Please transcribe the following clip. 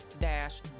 dash